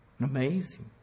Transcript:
Amazing